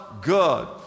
good